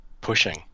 pushing